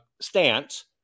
stance